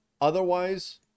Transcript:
Otherwise